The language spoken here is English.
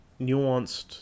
nuanced